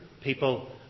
people